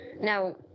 Now